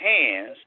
hands